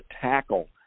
tackle